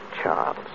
Charles